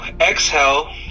exhale